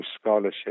scholarship